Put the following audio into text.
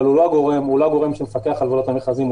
אבל הוא לא הגורם שמפקח על עבודת המכרזים,